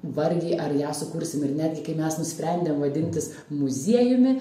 vargiai ar ją sukursim ir netgi kai mes nusprendėm vadintis muziejumi